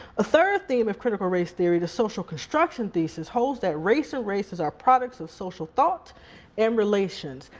a third theme of critical race theory, the social construction thesis, holds that race or races are products of social thought and relations.